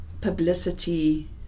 publicity